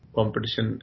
competition